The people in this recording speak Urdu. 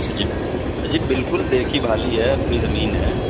اجی اجی بالکل دیکھی بھالی ہے اپنی زمین ہے